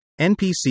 NPC